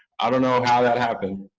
i dunno how that happened.